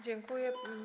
Dziękuję.